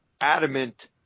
adamant